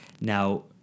Now